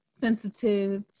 sensitive